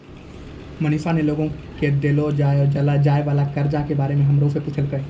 मनीषा ने लोग के देलो जाय वला कर्जा के बारे मे हमरा से पुछलकै